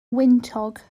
wyntog